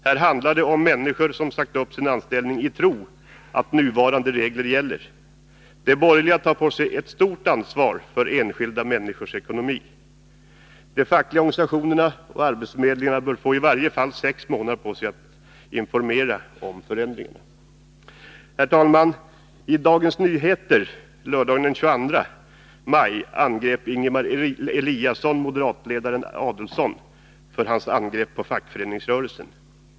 Här handlar det om människor som sagt upp sin anställning i tron att nuvarande regler gäller. De borgerliga tar på sig ett stort ansvar för enskilda människors ekonomi. De fackliga organisationerna och arbetsförmedlingarna bör få i varje fall sex månader på sig för att informera om förändringarna. Herr talman! I Dagens Nyheter lördagen den 22 maj angrep Ingemar Eliasson moderatledaren Ulf Adelsohn för dennes angrepp på fackföreningsrörelsen.